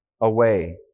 away